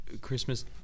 Christmas